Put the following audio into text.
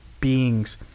beings